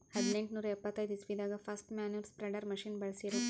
ಹದ್ನೆಂಟನೂರಾ ಎಪ್ಪತೈದ್ ಇಸ್ವಿದಾಗ್ ಫಸ್ಟ್ ಮ್ಯಾನ್ಯೂರ್ ಸ್ಪ್ರೆಡರ್ ಮಷಿನ್ ಬಳ್ಸಿರು